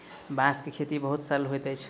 बांस के खेती बहुत सरल होइत अछि